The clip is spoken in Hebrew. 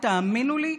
ותאמינו לי,